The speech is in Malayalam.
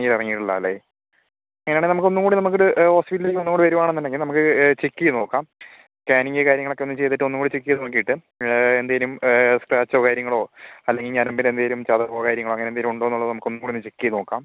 നീര് ഇറങ്ങീട്ടില്ലാല്ലേ അങ്ങനയാണെൽ നമക്കൊന്നു കൂടി നമക്കൊരു ഹോസ്പിറ്റലിലേക്ക് ഒന്നുകൂടെ വരുവാണെന്നുണ്ടെങ്കിൽ നമുക്ക് ചെക്ക് ചെയ്ത് നോക്കാം സ്കാനിങ്ങ് കാര്യങ്ങളൊക്കെ ഒന്ന് ചെയ്തിട്ട് ഒന്നുകൂടെ ചെക്ക് ചെയ്ത് നോക്കിയിട്ട് എന്തേലും സക്റാച്ചോ കാര്യങ്ങളോ അല്ലെങ്കിൽ ഞരമ്പിനെന്തേലും ചതവോ കാര്യങ്ങളോ അങ്ങനെന്തേലും ഉണ്ടോന്നുള്ളത് നമുക്കൊന്നുകൂടെ ചെക്ക് ചെയ്ത് നോക്കാം